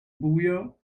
buio